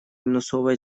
минусовая